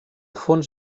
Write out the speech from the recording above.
fons